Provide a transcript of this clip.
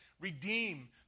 redeem